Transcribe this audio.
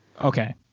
Okay